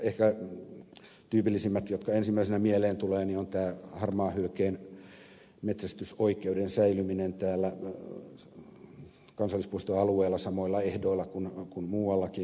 ehkä tyypillisin joka ensimmäisenä mieleen tulee on tämä harmaahylkeen metsästysoikeuden säilyminen täällä kansallispuistoalueella samoilla ehdoilla kuin muuallakin